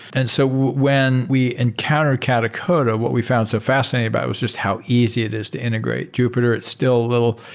and so when we encounter katacoda, what we found so fascinating about it was just how easy it is to integrate jupyter. it's still little.